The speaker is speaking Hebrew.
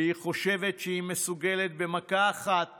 והיא חושבת שהיא מסוגלת במכה אחת